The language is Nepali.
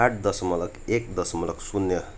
आठ दशमलक एक दशमलक शून्य